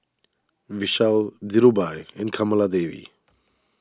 Vishal Dhirubhai and Kamaladevi